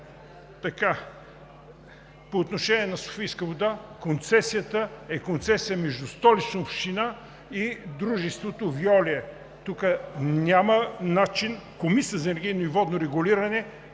По отношение на „Софийска вода“ – това е концесия между Столична община и дружеството „Веолия“. Тук няма начин Комисията за енергийно и водно регулиране